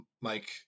Mike